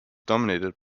dominated